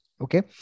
Okay